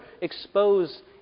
expose